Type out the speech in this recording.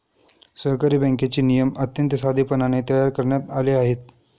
सहकारी बँकेचे नियम अत्यंत साधेपणाने तयार करण्यात आले आहेत